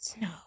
No